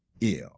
ill